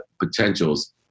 potentials